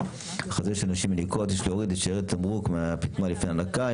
החזה של נשים מניקות: "יש להוריד את שאריות התמרוק מהפטמה לפני הנקה";